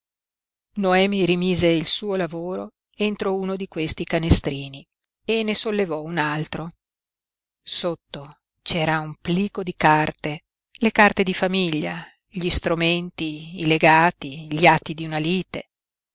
noemi rimise il suo lavoro entro uno di questi canestrini e ne sollevò un altro sotto c'era un plico di carte le carte di famiglia gli stromenti i legati gli atti di una lite